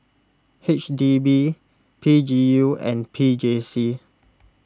H D B P G U and P J C